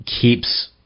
keeps